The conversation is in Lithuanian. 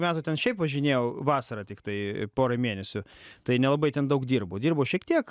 metų ten šiaip važinėjau vasarą tiktai porai mėnesių tai nelabai ten daug dirbu dirbu šiek tiek